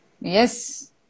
Yes